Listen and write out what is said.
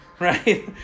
Right